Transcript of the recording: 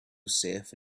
safe